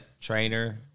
trainer